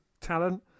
talent